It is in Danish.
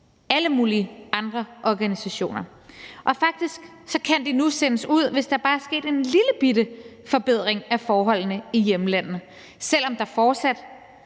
alle mulige andre organisationer. Faktisk kan flygtninge nu sendes ud, hvis der bare er sket en lillebitte forbedring af forholdene i hjemlandet, selv om, og